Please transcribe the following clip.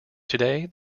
today